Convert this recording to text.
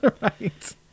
Right